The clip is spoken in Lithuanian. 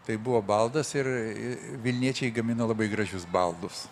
tai buvo baldas ir vilniečiai gamino labai gražius baldus